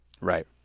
Right